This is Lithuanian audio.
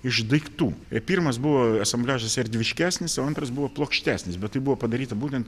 iš daiktų pirmas buvo asambliažas erdviškesnis o antras buvo plokštesnis bet tai buvo padaryta būtent